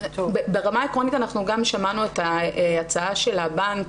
ברמה העקרונית שמענו את ההצעה של הבנק